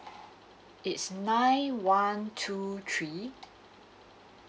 it's nine one two three